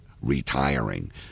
retiring